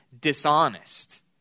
dishonest